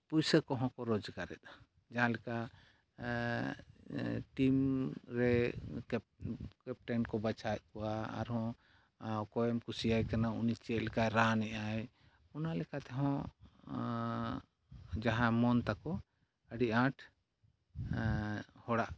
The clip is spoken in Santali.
ᱯᱩᱭᱥᱟᱹ ᱠᱚᱦᱚᱸ ᱠᱚ ᱨᱚᱡᱽᱜᱟᱨᱮᱫᱟ ᱡᱟᱦᱟᱸ ᱞᱮᱠᱟ ᱴᱤᱢ ᱨᱮ ᱠᱮᱯᱴᱮᱱ ᱠᱚ ᱵᱟᱪᱷᱟᱣᱮᱫ ᱠᱚᱣᱟ ᱟᱨᱦᱚᱸ ᱚᱠᱚᱭᱮᱢ ᱠᱩᱥᱤᱭᱟᱭ ᱠᱟᱱᱟ ᱩᱱᱤ ᱪᱮᱫ ᱞᱮᱠᱟᱭ ᱨᱟᱱ ᱮᱫᱟᱭ ᱚᱱᱟ ᱞᱮᱠᱟᱛᱮᱦᱚᱸ ᱡᱟᱦᱟᱸ ᱢᱚᱱ ᱛᱟᱠᱚ ᱟᱹᱰᱤ ᱟᱸᱴ ᱦᱚᱲᱟᱜ